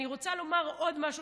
אני רוצה לומר עוד משהו,